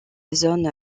zone